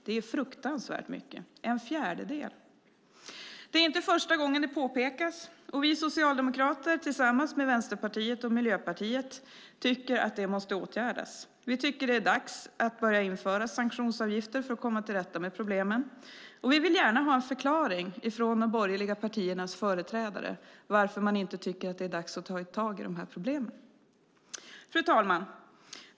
Det är fruktansvärt mycket - en fjärdedel. Det är inte första gången det påpekas, och vi socialdemokrater tillsammans med Vänsterpartiet och Miljöpartiet tycker att det måste åtgärdas. Vi tycker att det är dags att börja införa sanktionsavgifter för att komma till rätta med problemen. Och vi vill gärna ha en förklaring från de borgerliga partiernas företrädare till varför man inte tycker att det är dags att ta tag i de här problemen. Fru talman!